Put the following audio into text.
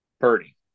Purdy